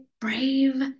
brave